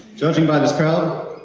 judging by this crowd,